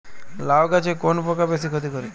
লাউ গাছে কোন পোকা বেশি ক্ষতি করে?